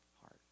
heart